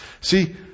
See